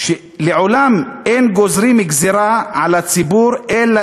לעולם אין גוזרים גזירה על הציבור אלא